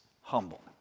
humble